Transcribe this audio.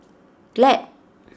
Glad